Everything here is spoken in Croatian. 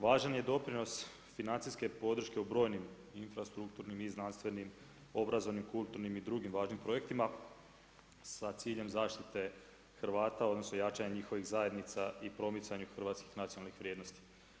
Važan je doprinos financijske podrške u brojnim infrastrukturnim i znanstvenim, obrazovnim i kulturnim i drugim važnim projektima sa ciljem zaštite Hrvata odnosno jačanja njihovih zajednica i promicanju hrvatskih nacionalnih vrijednosti.